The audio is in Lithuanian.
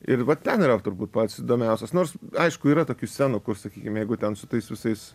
ir va ten yra turbūt pats įdomiausias nors aišku yra tokių scenų kur sakykim jeigu ten su tais visais